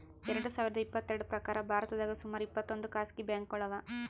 ಎರಡ ಸಾವಿರದ್ ಇಪ್ಪತ್ತೆರಡ್ರ್ ಪ್ರಕಾರ್ ಭಾರತದಾಗ್ ಸುಮಾರ್ ಇಪ್ಪತ್ತೊಂದ್ ಖಾಸಗಿ ಬ್ಯಾಂಕ್ಗೋಳು ಅವಾ